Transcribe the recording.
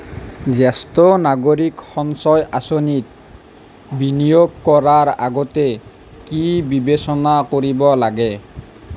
জ্যেষ্ঠ নাগৰিক সঞ্চয় আঁচনিত বিনিয়োগ কৰাৰ আগতে কি বিবেচনা কৰিব লাগে